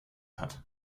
hat